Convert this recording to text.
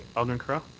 alderman carra?